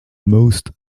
most